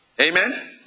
Amen